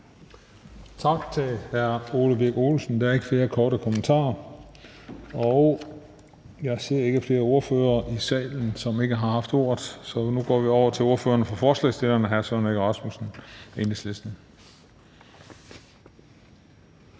Tak til hr. Ole Birk Olesen. Der er ikke flere korte bemærkninger. Jeg ser ikke flere ordførere i salen, som ikke har haft ordet, så vi går nu over til ordføreren for forslagsstillerne, hr. Søren Egge Rasmussen, Enhedslisten.